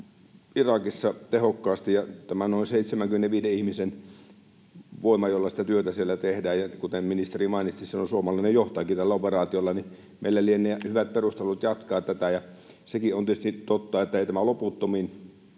Irakissa tehokkaasti. Tällä noin 75 ihmisen voimalla sitä työtä siellä tehdään, ja kuten ministeri mainitsi, siellä on suomalainen johtajakin tällä operaatiolla, joten meillä lienee hyvät perustelut jatkaa tätä. Sekin on tietysti totta, että ei loputtomiin